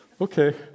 okay